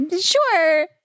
Sure